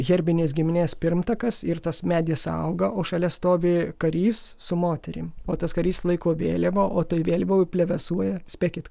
herbinės giminės pirmtakas ir tas medis auga o šalia stovi karys su moterim o tas karys laiko vėliavą o toj vėliavoj plevėsuoja spėkit